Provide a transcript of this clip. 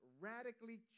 radically